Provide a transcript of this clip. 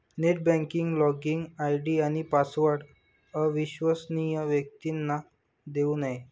net banking login ID आणि password अविश्वसनीय व्यक्तींना देऊ नये